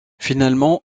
finalement